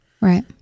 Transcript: Right